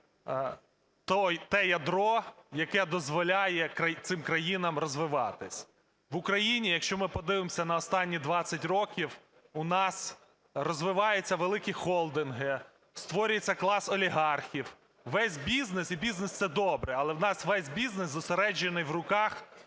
те ядро, яке дозволяє цим країнам розвиватися. В Україні, якщо ми подивимося на останні 20 років, у нас розвиваються великі холдинги, створюється клас олігархів, весь бізнес, і бізнес – це добре, але у нас весь бізнес зосереджений в руках